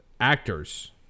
Actors